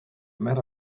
met